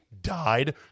died